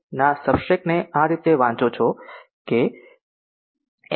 ના એબ્સ્ટ્રેક્ટ ને આ રીતે વાંચો છો કે એમ